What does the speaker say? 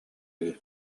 үһү